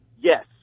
Yes